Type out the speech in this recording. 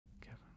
Kevin